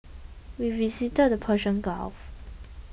we visited the Persian Gulf